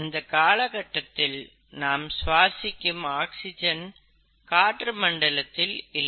அந்த காலகட்டத்தில் நாம் சுவாசிக்கும் ஆக்சிஜன் காற்று மண்டலத்தில் இல்லை